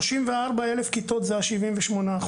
34,000 כיתות זה ה-78%.